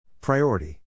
Priority